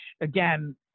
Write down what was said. again